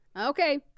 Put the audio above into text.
okay